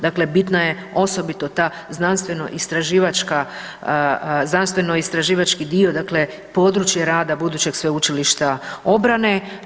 Dakle, bitna je osobito ta znanstveno-istraživačka, znanstveno-istraživački dio, znači područje rada budućeg sveučilišta obrane.